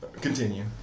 Continue